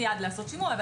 דרך אגב,